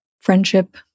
friendship